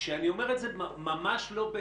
כשאני אומר את זה ממש לא...